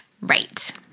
Right